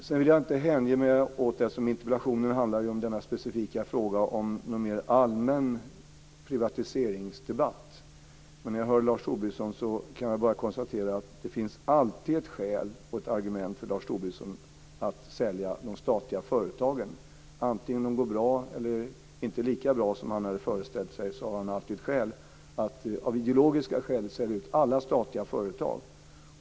Jag vill inte hänge mig åt den specifika frågan om en mer allmän privatisering, som interpellationen handlar om. När jag hör Lars Tobisson kan jag bara konstatera att det alltid finns ett skäl och ett argument för Lars Tobisson att sälja de statliga företagen. Vare sig de går bra eller de inte går lika bra som han föreställt sig har han alltid anledning att av ideologiska skäl sälja ut alla statliga företag.